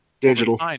Digital